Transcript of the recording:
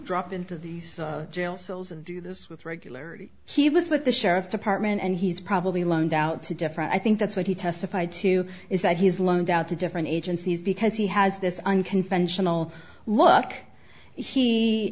drop into these jail cells and do this with regularity he was with the sheriff's department and he's probably loaned out to different i think that's what he testified to is that he's loaned out to different agencies because he has this unconventional look he